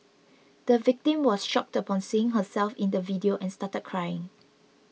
the victim was shocked upon seeing herself in the video and started crying